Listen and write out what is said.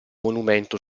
monumento